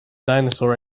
dinosaur